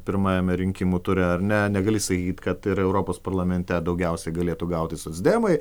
pirmajame rinkimų ture ar ne negali sakyti kad ir europos parlamente daugiausiai galėtų gauti socdemai